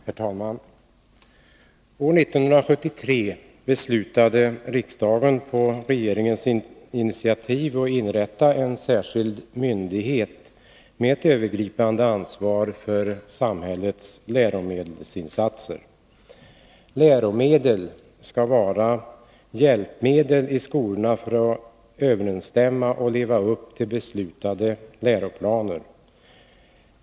Herr talman! År 1973 beslutade riksdagen, på regeringens initiativ, att inrätta en särskild myndighet med ett övergripande ansvar för samhällets läromedelsinsatser. Läromedel skall vara hjälpmedel i skolorna för att de skall nå överensstämmelse och kunna leva upp till beslutade läroplaner.